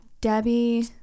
debbie